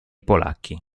polacchi